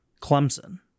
Clemson